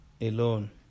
alone